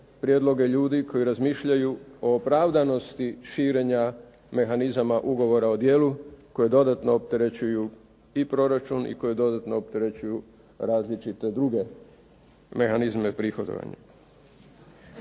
prijedloge ljudi koji razmišljaju o opravdanosti širenja mehanizama ugovora o dijelu koji dodatno opterećuju i proračun i koji dodatno opterećuju različite druge mehanizme prihodovanja.